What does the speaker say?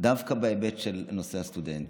דווקא בהיבט של הסטודנט,